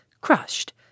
crushed